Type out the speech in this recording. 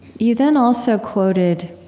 you then also quoted,